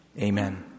Amen